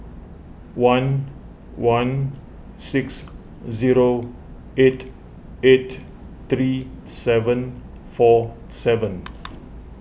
one one six zero eight eight three seven four seven